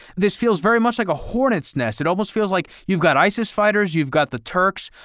this feels very much like a hornet's nest, it almost feels like you've got isis fighters, you've got the turks,